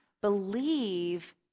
believe